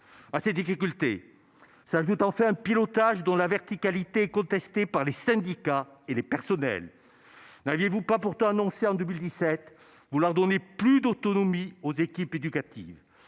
À ces difficultés s'ajoute enfin un pilotage dont la verticalité est contestée par les syndicats et les personnels. N'aviez-vous pas annoncé, en 2017, vouloir donner « plus d'autonomie aux équipes éducatives »